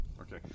Okay